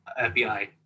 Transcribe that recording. fbi